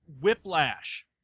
whiplash